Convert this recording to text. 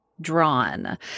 drawn